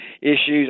issues